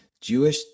Jewish